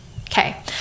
Okay